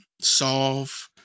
solve